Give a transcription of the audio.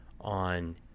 on